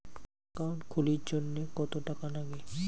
Account খুলির জন্যে কত টাকা নাগে?